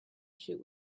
shoot